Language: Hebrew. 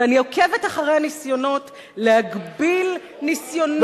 ואני עוקבת אחרי הניסיונות להגביל ניסיונות למכור,